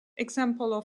examples